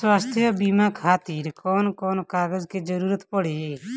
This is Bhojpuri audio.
स्वास्थ्य बीमा खातिर कवन कवन कागज के जरुरत पड़ी?